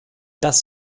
das